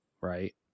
right